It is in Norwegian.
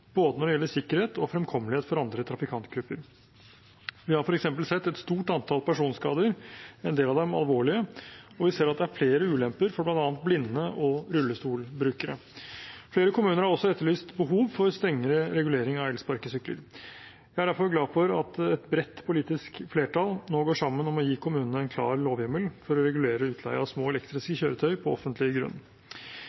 både sikkerhet og fremkommelighet for andre trafikantgrupper. Vi har f.eks. sett et stort antall personskader – en del av dem alvorlige – og vi ser at det er flere ulemper for bl.a. blinde og rullestolbrukere. Flere kommuner har også etterlyst strengere regulering av elsparkesykler. Jeg er derfor glad for at et bredt politisk flertall nå går sammen om å gi kommunene en klar lovhjemmel for å regulere utleie av små,